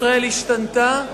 השתנתה ומשתנה.